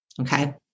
Okay